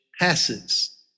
passes